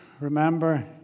remember